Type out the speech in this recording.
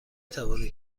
توانید